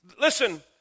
Listen